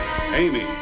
Amy